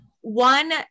one